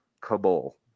Kabul